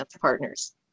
partners